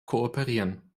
kooperieren